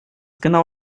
genau